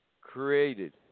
Created